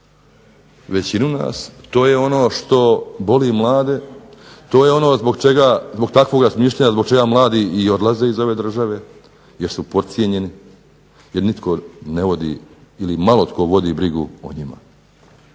većinu nas, to je ono što boli mlade, to je ono zbog čega, zbog takvog razmišljanja mladi i odlaze iz ove države, jer su podcijenjeni, jer nitko ne vodi, malo tko vodi brigu o njima.